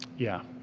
yeah.